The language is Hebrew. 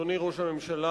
אדוני ראש הממשלה,